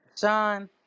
Sean